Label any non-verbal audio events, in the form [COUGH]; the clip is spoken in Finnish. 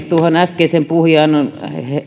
[UNINTELLIGIBLE] tuohon äskeiseen puhujaan on